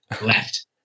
left